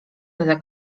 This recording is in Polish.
byle